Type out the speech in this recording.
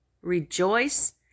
Rejoice